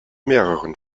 mehreren